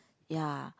ya